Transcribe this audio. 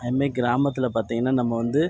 அதேமாதிரி கிராமத்தில் பார்த்திங்கனா நம்ம வந்து